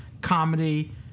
comedy